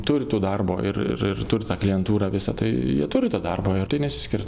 turi tų darbo ir ir ir turtą klientūrą visą tai jie turi tą darbą ir tai nesiskiria